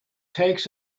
takes